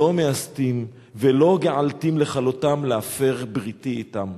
לא מאסתים ולא געלתים לכלֹתם להפר בריתי אתם".